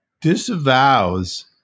disavows